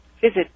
Visit